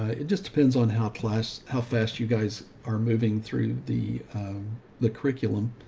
ah it just depends on how class, how fast you guys are moving through the the curriculum,